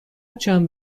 چند